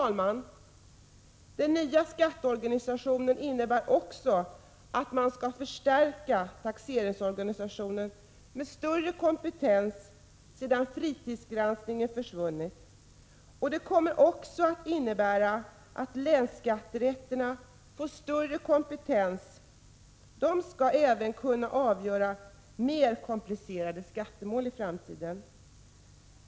Den nya skatteorganisationen innebär också att man skall förstärka taxeringsorganisationen med större kompetens sedan fritidsgranskningen försvunnit. Det kommer också att innebära att länsskatterätterna får större kompetens. De skall i framtiden även kunna avgöra mer komplicerade skattemål.